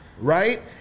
right